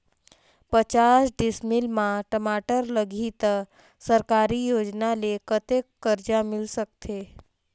पचास डिसमिल मा टमाटर लगही त सरकारी योजना ले कतेक कर्जा मिल सकथे?